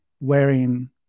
wearing